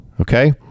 Okay